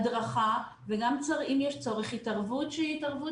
הדרכה וגם אם יש צורך התערבות שהיא התערבות